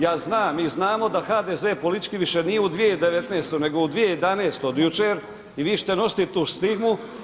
Ja znam, mi znamo da HDZ-e politički više nije u 2019., nego u 2011. od jučer i vi ćete nositi tu stigmu.